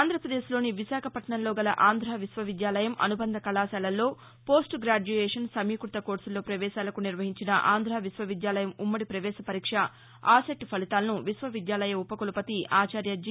ఆంధ్రప్రదేశ్లోని విశాఖపట్టణంలో గల ఆంధ్ర విశ్వవిద్యాలయం అనుబంధ కళాశాలల్లో పోస్టు గ్రాద్యుయేషన్ సమీకృత కోర్సుల్లో పవేశాలకు నిర్వహించిన ఆంధ విశ్వవిద్యాలయం ఉమ్మడి పవేశ పరీక్ష ఆసెట్ ఫలితాలను విశ్వవిద్యాలయ ఉపకులపతి ఆచార్య జి